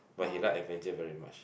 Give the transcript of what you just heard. but he like adventure very much